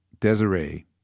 Desiree